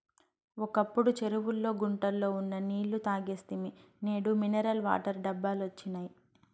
ఒకప్పుడు చెరువుల్లో గుంటల్లో ఉన్న నీళ్ళు తాగేస్తిమి నేడు మినరల్ వాటర్ డబ్బాలొచ్చినియ్